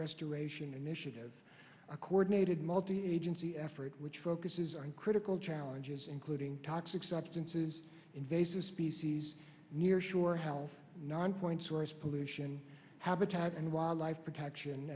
restoration initiative a coordinated multi agency effort which focuses on critical challenges including toxic substances invasive species near shore health non point source pollution habitat and wildlife protection